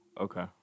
Okay